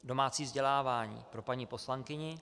Domácí vzdělávání pro paní poslankyni.